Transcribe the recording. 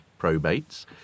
probates